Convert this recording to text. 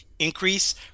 Increase